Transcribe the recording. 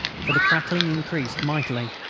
for the crackling increased mightily,